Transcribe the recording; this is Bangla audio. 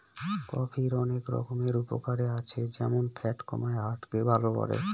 কফির অনেক রকমের উপকারে আছে যেমন ফ্যাট কমায়, হার্ট কে ভালো করে